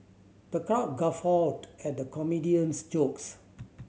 the crowd guffawed at the comedian's jokes